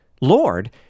Lord